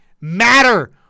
matter